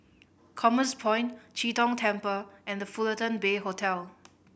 Commerce Point Chee Tong Temple and The Fullerton Bay Hotel